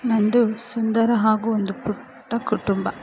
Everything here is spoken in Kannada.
ನಂದು ಸುಂದರ ಹಾಗು ಒಂದು ಪುಟ್ಟ ಕುಟುಂಬ